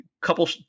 couple